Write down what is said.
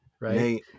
right